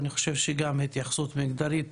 ואני חושב שגם התייחסות מגדרית